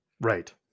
right